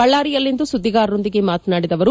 ಬಳ್ಳಾರಿಯಲ್ಲಿಂದು ಸುದ್ದಿಗಾರರೊಂದಿಗೆ ಮಾತನಾಡಿದ ಅವರು